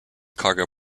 cargo